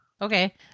Okay